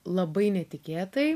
labai netikėtai